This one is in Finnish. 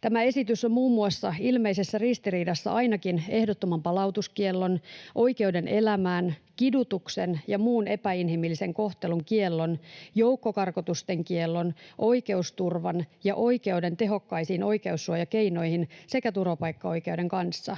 tämä esitys on muun muassa ilmeisessä ristiriidassa ainakin ehdottoman palautuskiellon, oikeuden elämään, kidutuksen ja muun epäinhimillisen kohtelun kiellon, joukkokarkotusten kiellon, oikeusturvan ja oikeuden tehokkaisiin oikeussuojakeinoihin sekä turvapaikkaoikeuden kanssa.